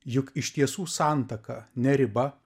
juk iš tiesų santaka ne riba